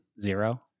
Zero